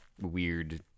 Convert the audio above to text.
weird